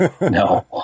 No